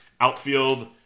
Outfield